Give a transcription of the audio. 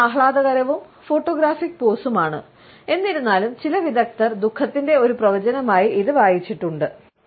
ഇത് ആഹ്ലാദകരവും ഫോട്ടോഗ്രാഫിക് പോസുമാണ് എന്നിരുന്നാലും ചില വിദഗ്ധർ ദുഖത്തിന്റെ ഒരു പ്രവചനമായി ഇത് വായിച്ചിട്ടുണ്ട്